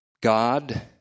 God